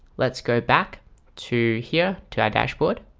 let's go back to here to our dashboard